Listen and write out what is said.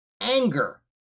anger